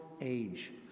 age